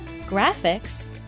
graphics